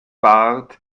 bart